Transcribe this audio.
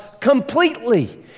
completely